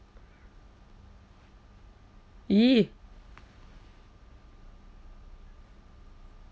!ee!